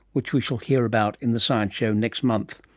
which we shall hear about in the science show next month.